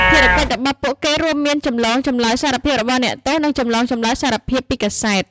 ភារកិច្ចរបស់ពួកគេរួមមាន ចម្លងចម្លើយសារភាពរបស់អ្នកទោស និងចម្លងចម្លើយសារភាពពីកាសែត។